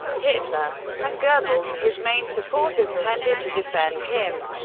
hitler and goebbels, his main supporters, tended to defend him.